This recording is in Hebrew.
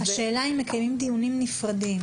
השאלה אם מקיימים דיונים נפרדים.